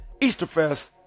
Easterfest